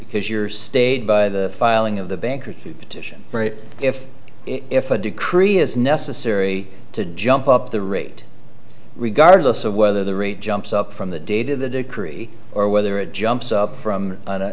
because your state by the filing of the bankruptcy petition if if a decree is necessary to jump up the rate regardless of whether the rate jumps up from the data the decree or whether it jumps up from an